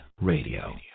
Radio